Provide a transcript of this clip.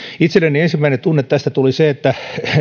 ensimmäinen tunne joka tästä itselleni tuli oli se että